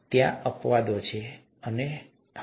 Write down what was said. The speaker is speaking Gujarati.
ત્યાં થોડા અપવાદો છે પરંતુ મોટે ભાગે હા